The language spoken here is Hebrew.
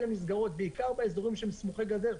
בעיקר באזורים שהם סמוכי גדר.